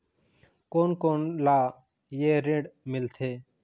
कोन कोन ला ये ऋण मिलथे?